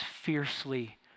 fiercely